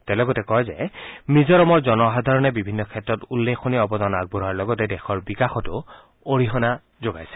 তেওঁ লগতে কয় যে মিজোৰামৰ জনসাধাৰণে বিভিন্ন ক্ষেত্ৰত উল্লেখনীয় অৱদান আগবঢ়োৱাৰ লগতে দেশৰ বিকাশতো অৰিহণা আগবঢ়াইছে